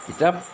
কিতাপ